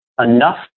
enough